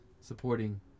supporting